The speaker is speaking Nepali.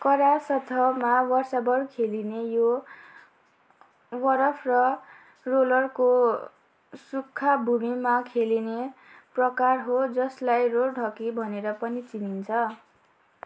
कडा सतहमा वर्षाभर खेलिने यो वरफ र रोलरको सुक्खा भूमिमा खेलिने प्रकार हो जसलाई रोड हक्की भनेर पनि चिनिन्छ